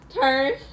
Turn